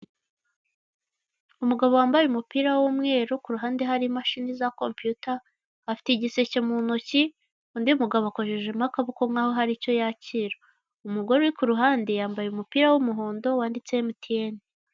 Umugabo wambaye umupira w'umweru, ku ruhande hari imashini za kompiyuta, afite igiseke mu ntoki, undi mugabo akojejemo akaboko nk'aho hari icyo yakira, umugore uri ku ruhande yambaye umupira w'umuhondo wanditseho MTN.